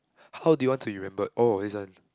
how do you want to remember all of this one